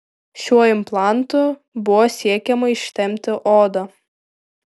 šiuo implantu buvo siekiama ištempti odą